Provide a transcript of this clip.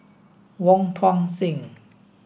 Wong Tuang Seng